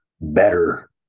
better